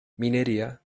minería